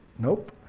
nope,